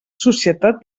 societat